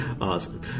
Awesome